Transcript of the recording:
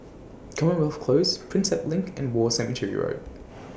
Commonwealth Close Prinsep LINK and War Cemetery Road